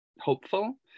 hopeful